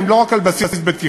והם לא רק על בסיס בטיחות